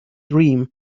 dream